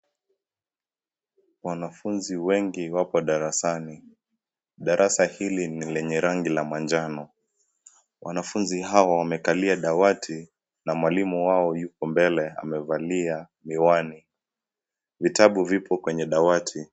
Wanafunzi wengi wapo darasani. Darasa hili ni lenye rangi la manjano. Wanafunzi hawa wamekalia dawati na mwalimu wao yupo mbele amevalia miwani. Vitabu vipo kwenye dawati.